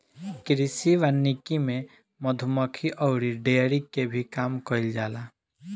कृषि वानिकी में मधुमक्खी अउरी डेयरी के भी काम कईल जाला